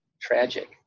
tragic